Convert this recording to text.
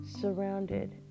surrounded